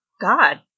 God